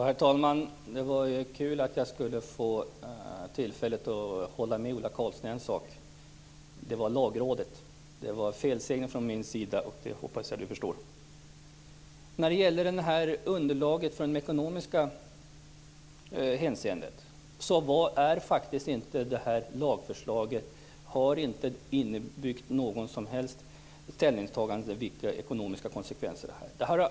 Herr talman! Det var kul att jag skulle få tillfälle att hålla med Ola Karlsson om en sak. Det var Lagrådet jag menade. Det var en felsägning från min sida. Det hoppas jag att Ola Karlsson förstår. Ola Karlsson frågar om underlaget i fråga om lagförslagets ekonomiska konsekvenser, men lagförslaget innehåller inte några ställningstaganden vad gäller ekonomiska konsekvenser.